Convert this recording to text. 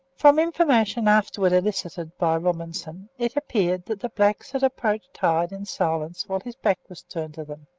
from information afterwards elicited by robinson it appeared that the blacks had approached hyde in silence while his back was turned to them.